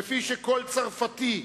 כפי שכל צרפתי,